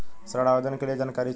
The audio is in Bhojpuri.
ऋण आवेदन के लिए जानकारी चाही?